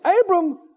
Abram